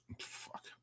Fuck